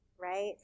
right